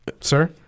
sir